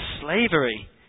slavery